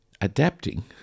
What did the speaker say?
adapting